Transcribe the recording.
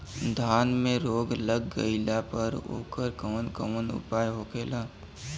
धान में रोग लग गईला पर उकर कवन कवन उपाय होखेला?